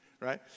right